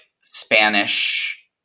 Spanish